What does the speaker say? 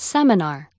Seminar